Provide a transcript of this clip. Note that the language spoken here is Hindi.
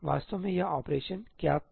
वास्तव में यह ऑपरेशन क्या था